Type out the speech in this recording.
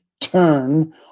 turn